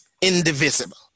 indivisible